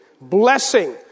blessing